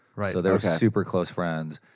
so they were super close friends.